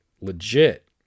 legit